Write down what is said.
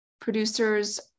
producers